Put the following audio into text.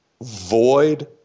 void